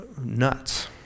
nuts